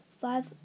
five